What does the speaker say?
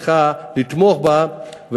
צריכות לתמוך בהם,